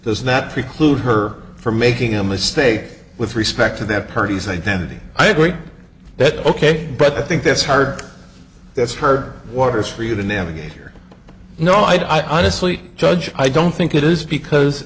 does not preclude her from making a mistake with respect to their party's identity i agree that ok but i think that's hard that's her waters for you to navigate here no i mislead judge i don't think it is because